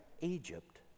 Egypt